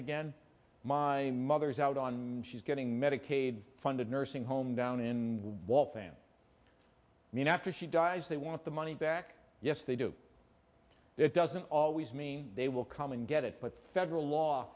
again my mother is out on she's getting medicaid funded nursing home down in wall fans mean after she dies they want the money back yes they do that doesn't always mean they will come and get it but federal law